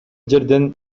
жерден